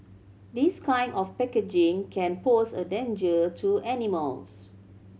this kind of packaging can pose a danger to animals